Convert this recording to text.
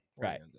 right